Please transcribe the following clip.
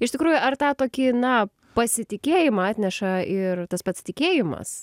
iš tikrųjų ar tą tokį na pasitikėjimą atneša ir tas pats tikėjimas